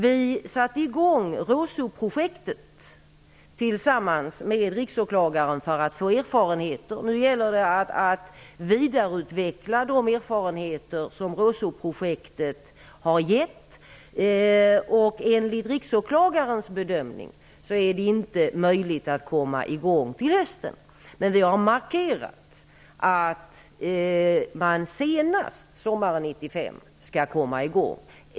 Vi satte i gång RÅSOP-projektet tillsammans med riksåklagaren för att få erfarenhet. Nu gäller det att vidareutveckla de erfarenheter som RÅSOP-projektet har gett. Enligt riksåklagarens bedömning är det inte möjligt att komma i gång till hösten. Men vi har markerat att man senast sommaren 1995 skall komma i gång.